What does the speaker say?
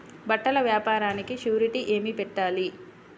బట్టల వ్యాపారానికి షూరిటీ ఏమి పెట్టాలి?